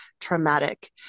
traumatic